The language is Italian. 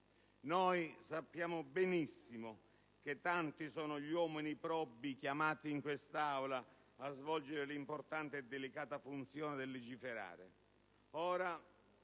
Sappiamo benissimo che tanti sono gli uomini probi chiamati in quest'Aula a svolgere l'importante e delicata funzione di legiferare: